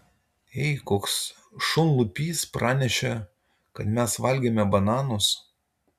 ei koks šunlupys pranešė kad mes valgėme bananus